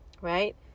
Right